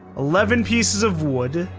eleven pieces of wood.